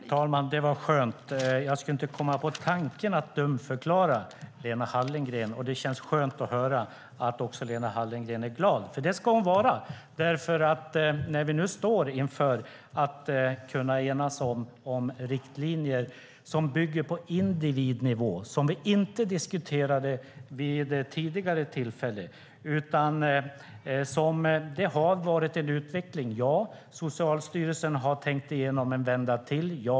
Fru talman! Det var skönt. Jag skulle inte komma på tanken att dumförklara Lena Hallengren, och det känns skönt att höra att också Lena Hallengren är glad. Det ska hon vara, för vi står nu inför att enas om riktlinjer som bygger på individnivå, vilket inte var det som vi diskuterade vid det tidigare tillfället. Det har varit en utveckling. Socialstyrelsen har tänkt igenom detta en vända till.